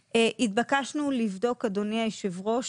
התבקשנו לבדוק, אדוני היושב ראש,